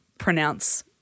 pronounce